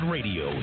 Radio